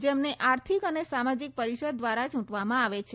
જેમને આર્થિક અને સામાજિક પરિષદ દ્વારા ચૂટવામાં આવે છે